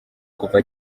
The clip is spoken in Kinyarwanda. kuva